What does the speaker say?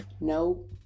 No